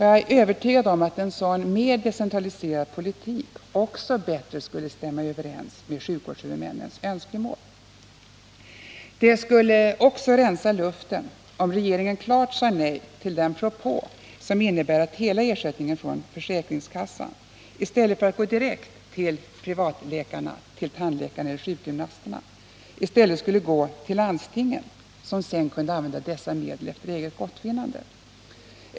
Jag är övertygad om att en sådan politik, som mer än den nuvarande inriktas på decentralisering, även skulle stämma bättre överens med sjukvårdshuvudmännens önskemål. Det skulle också rensa luften om regeringen klart sade nej till den propå som innebär att hela ersättningen från försäkringskassan, i stället för att gå direkt till privatläkarna, tandläkarna eller sjukgymnasterna, skulle gå till landstingen, som sedan skulle kunna använda dessa medel efter eget gottfinnande.